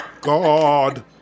God